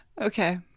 Okay